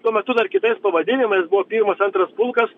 tuo metu dar kitais pavadinimais buvo pirmas antras pulkas